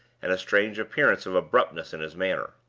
and a strange appearance of abruptness in his manner.